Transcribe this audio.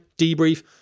debrief